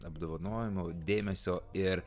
apdovanojimų dėmesio ir